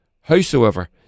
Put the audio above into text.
Howsoever